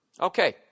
Okay